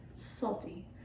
Salty